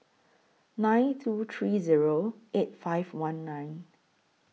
nine two three Zero eight five one nine